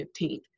15th